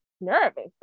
nervous